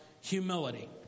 humility